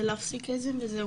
זה להפסיק את זה וזהו,